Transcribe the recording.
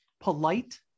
polite